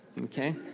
Okay